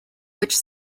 which